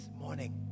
morning